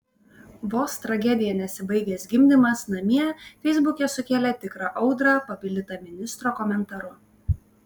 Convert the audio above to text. vos tragedija nesibaigęs gimdymas namie feisbuke sukėlė tikrą audrą papildyta ministro komentaru